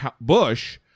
Bush